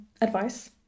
advice